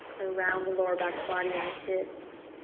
around the lower back body and the hips,